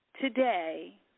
Today